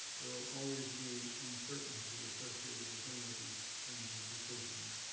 there will always be uncertainty associated with any of these kinds of decisions.